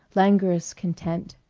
languorous, content.